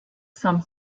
some